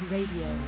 Radio